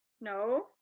no